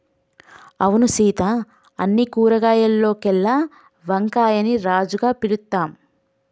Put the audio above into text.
అవును సీత అన్ని కూరగాయాల్లోకెల్లా వంకాయని రాజుగా పిలుత్తాం